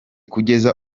kugeza